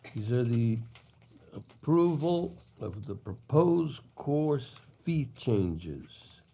these are the approval of the proposed course fee changes